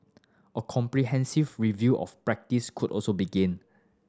a comprehensive review of practice could also begin